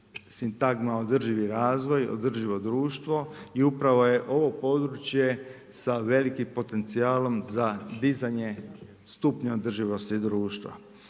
sintagma održivi razvoj, održivo društvo i upravo je ovo područje sa velikim potencijalom za dizanje stupnja održivosti društva.